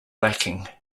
lacking